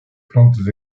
plantes